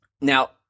now